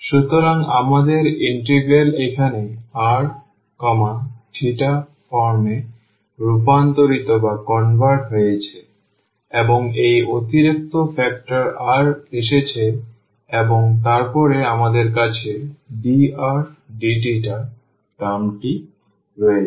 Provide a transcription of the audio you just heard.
সুতরাং আমাদের ইন্টিগ্রাল এখন r θ ফর্মে রূপান্তরিত হয়েছে এবং এই অতিরিক্ত ফ্যাক্টর r এসেছে এবং তারপরে আমাদের কাছে drdθ টার্ম রয়েছে